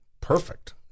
perfect